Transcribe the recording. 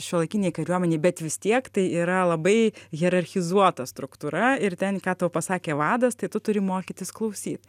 šiuolaikinei kariuomenei bet vis tiek tai yra labai hierarchizuota struktūra ir ten ką tau pasakė vadas tai tu turi mokytis klausyt